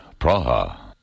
Praha